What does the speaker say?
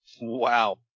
Wow